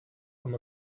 com